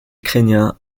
ukrainiens